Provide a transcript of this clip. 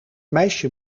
meisje